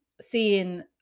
seeing